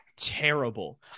terrible